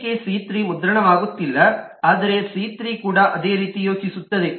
ಸದ್ಯಕ್ಕೆ ಸಿ3 ಮುದ್ರಣವಾಗುತ್ತಿಲ್ಲ ಆದರೆ ಸಿ3 ಕೂಡ ಅದೇ ರೀತಿ ಯೋಚಿಸುತ್ತದೆ